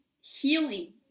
healing